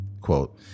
quote